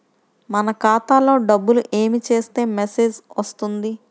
మన ఖాతాలో డబ్బులు ఏమి చేస్తే మెసేజ్ వస్తుంది?